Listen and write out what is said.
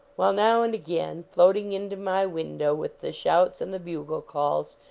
while now and again, floating into my window with the shouts and the bugle calls,